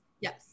Yes